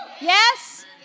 yes